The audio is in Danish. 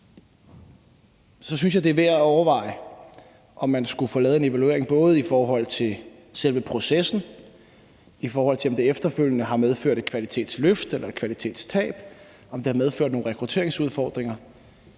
synes jeg, det er værd at overveje, om man skulle få lavet en evaluering, både af selve processen og af, om det efterfølgende har medført et kvalitetsløft eller et kvalitetstab, og om det har medført nogle rekrutteringsudfordringer.